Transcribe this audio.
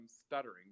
stuttering